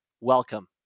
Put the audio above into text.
welcome